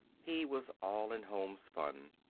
he was all in homespun.